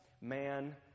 man